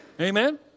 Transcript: Amen